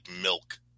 milk